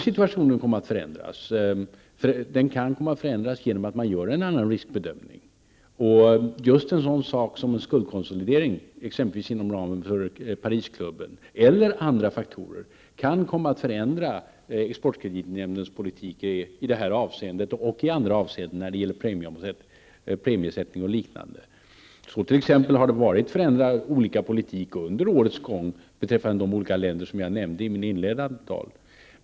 Situationen kan ju komma att förändras genom att man gör en annan riskbedömning. Just en sådan sak som en skuldkonsolidering, exempelvis inom ramen för Parisklubben, kan liksom även andra faktorer komma att förändra exportkreditnämndens politik i det här avseendet liksom i andra avseenden, t.ex. när det gäller premiesättning och liknande. Så har det t.ex. varit olika politik under året för de olika länder som jag nämnde i mitt inledningsanförande.